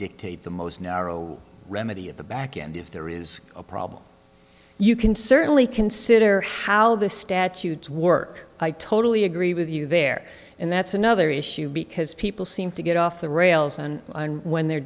dictate the most narrow remedy of the backend if there is a problem you can certainly consider how the statutes work i totally agree with you there and that's another issue because people seem to get off the rails and when they're